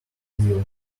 deal